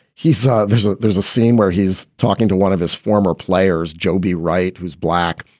he saw. there's ah there's a scene where he's talking to one of his former players, jobi wright, who's black.